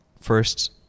first